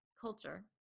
culture